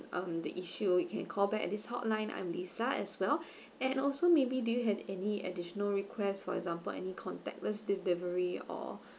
um the issue you can call back at this hotline I'm lisa as well and also maybe do you have any additional requests for example any contactless delivery or